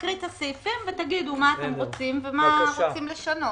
הסעיפים, ותגידו מה רוצים לשנות.